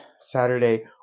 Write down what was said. Saturday